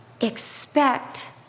Expect